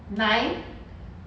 nine